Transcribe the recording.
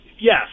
Yes